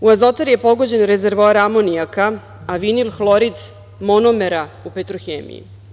U „Azotari" je pogođen rezervoar amonijaka, a vinilhlorid monomera u „Petrohemiji“